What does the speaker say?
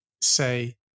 say